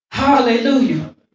Hallelujah